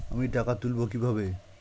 আমি টাকা তুলবো কি ভাবে?